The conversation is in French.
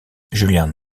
julian